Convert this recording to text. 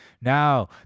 now